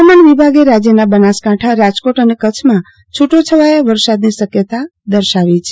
હવામાન વિભાગે રાજ્યના બનાસકાંઠા રાજકોટ અને કચ્છમાં છુદ્દા છવાયા વરસાદની શક્યતા દર્શાવાઈ છે